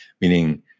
meaning